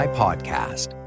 podcast